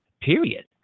period